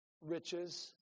riches